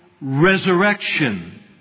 resurrection